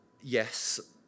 yes